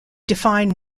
define